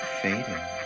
fading